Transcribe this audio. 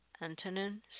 Antonin